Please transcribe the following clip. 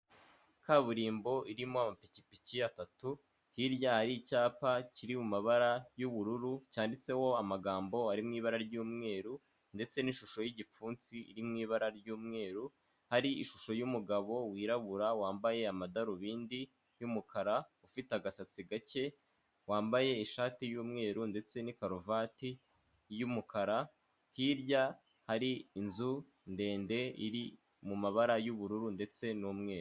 Kaburimbo irimo amapikipiki atatu, hirya hari y'icyapa kiri mu mabara y'ubururu cyanditseho amagambo ari mu ibara ry'umweru ndetse n'ishusho y'igipfunsi iri mu ibara ry'umweru, hari ishusho y'umugabo wirabura wambaye amadarubindi y'umukara ufite agasatsi gake wambaye ishati y'umweru ndetse n'ikaruvati y'umukara, hirya hari inzu ndende iri mu mabara y'ubururu ndetse n'umweru.